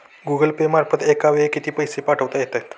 Google Pay मार्फत एका वेळी किती पैसे पाठवता येतात?